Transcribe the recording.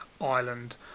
ireland